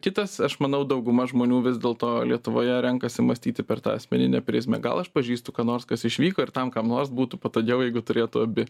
kitas aš manau dauguma žmonių vis dėlto lietuvoje renkasi mąstyti per tą asmeninę prizmę gal aš pažįstu ką nors kas išvyko ir tam kam nors būtų patogiau jeigu turėtų abi